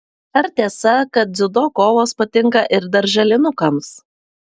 ar tiesa kad dziudo kovos patinka ir darželinukams